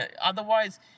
Otherwise